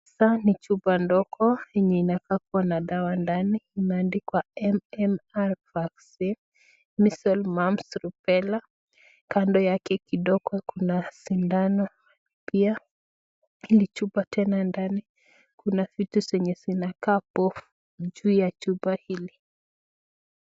Hapa ni chupa ndogo yenye inakaa kuwa na dawa ndani, imeandikwa mmr 2 vaccine, misceles, mumps, rubela , kando yake kidogo kuna sindano pia, hili chupa ndani ya kuna vitu zenye zinakaa povu juu ya chupa hili.